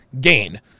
gain